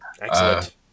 Excellent